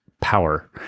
power